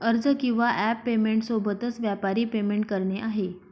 अर्ज किंवा app payment सोबतच, व्यापारी पेमेंट करणे आहे